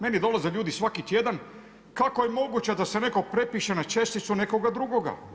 Meni dolaze ljudi svaki tjedan, kako je moguće da se netko prepiše na česticu nekoga drugoga?